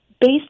based